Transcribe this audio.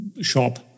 shop